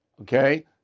okay